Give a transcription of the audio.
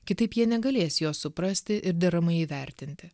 kitaip jie negalės jos suprasti ir deramai įvertinti